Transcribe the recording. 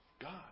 God